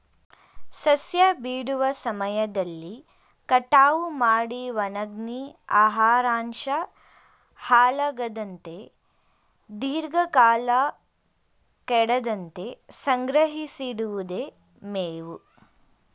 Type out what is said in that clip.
ಸಸ್ಯ ಬಿಡುವ ಸಮಯದಲ್ಲಿ ಕಟಾವು ಮಾಡಿ ಒಣಗ್ಸಿ ಆಹಾರಾಂಶ ಹಾಳಾಗದಂತೆ ದೀರ್ಘಕಾಲ ಕೆಡದಂತೆ ಸಂಗ್ರಹಿಸಿಡಿವುದೆ ಮೇವು